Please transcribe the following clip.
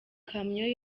kamyo